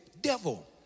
devil